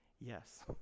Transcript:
yes